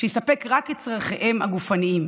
שיספק רק את צורכיהם הגופניים